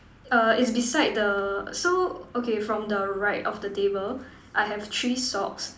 err is beside the so okay from the right of the table I have three socks